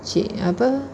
cik~ apa